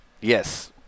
Yes